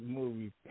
movies